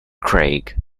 craig